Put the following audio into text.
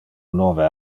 nove